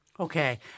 Okay